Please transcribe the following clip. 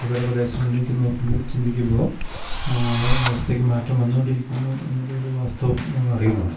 മറ്റു പല പ്രദേശങ്ങളിലേക്ക് നോക്കുമ്പോൾ ചിന്തിക്കുമ്പോൾ ആ അവസ്ഥയ്ക്ക് മാറ്റം വന്നുകൊണ്ടിരിക്കുന്നു എന്നുള്ളൊരു വാസ്തവം നമ്മളറിയുന്നുണ്ട്